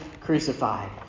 crucified